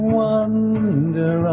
wonder